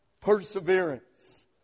perseverance